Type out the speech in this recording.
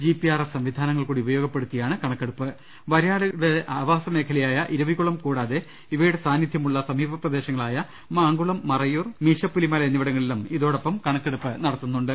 G P R S സംവിധാനങ്ങൾ കൂടി ഉപയോഗപ്പെടു ത്തിയാണ് കണക്കെടുപ്പ് വരയാടുകളുടെ ആവാസ മേഖല യായ ഇരവികുളം കൂടാതെ ഇവയുടെ സാന്നിധൃമുള്ള സമീപ പ്രദേശങ്ങളായ മാങ്കുളം മറയൂർ മീശപ്പുലിമല എന്നിവിടങ്ങളിലും ഇതോടൊപ്പം കണക്കെടുപ്പു നടക്കുന്നുണ്ട്